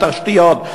התשתיות,